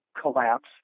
collapse